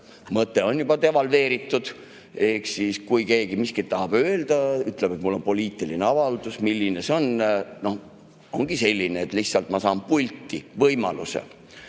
mõte on juba devalveeritud, kui keegi miskit tahab öelda, siis ütleb, et mul on poliitiline avaldus. Milline see on? Noh, ongi selline, et lihtsalt ma saan võimaluse